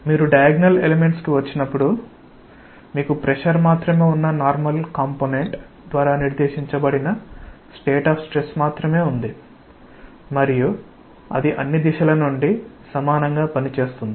మీరు diagonal elements కి వచ్చినప్పుడు మీకు ప్రెషర్ మాత్రమే ఉన్న నార్మల్ కాంపొనెంట్ ద్వారా నిర్దేశించబడిన స్టేట్ ఆఫ్ స్ట్రెస్ మాత్రమే ఉంటుంది మరియు అది అన్ని దిశల నుండి సమానంగా పనిచేస్తుంది